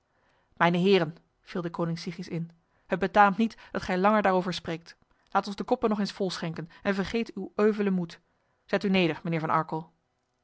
mijne heren viel de koning sigis in het betaamt niet dat gij langer daarover spreekt laat ons de koppen nog eens vol schenken en vergeet uw euvele moed zet u neder mijnheer van arkel